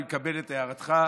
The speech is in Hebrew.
אני מקבל את הערתך,